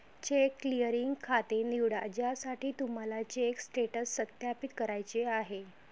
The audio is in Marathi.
चेक क्लिअरिंग खाते निवडा ज्यासाठी तुम्हाला चेक स्टेटस सत्यापित करायचे आहे